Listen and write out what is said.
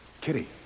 Kitty